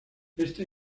esta